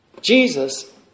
Jesus